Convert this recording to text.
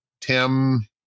Tim